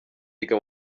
yiga